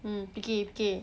mm fikir fikir